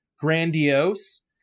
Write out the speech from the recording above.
grandiose